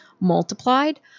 multiplied